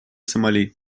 сомали